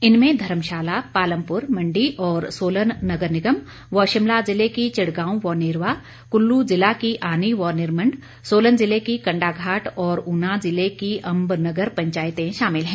इनमें धर्मशाला पालमपुर मण्डी और सोलन नगर निगम व शिमला ज़िले की चिड़गांव व नेरवा कुल्लू जिला की आनी व निरमण्ड सोलन जिले की कंडाघाट और ऊना जिले की अम्ब नगर पंचायतें शामिल हैं